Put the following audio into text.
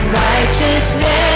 righteousness